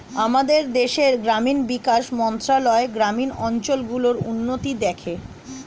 আমাদের দেশের গ্রামীণ বিকাশ মন্ত্রণালয় গ্রামীণ অঞ্চল গুলোর উন্নতি দেখে